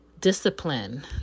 discipline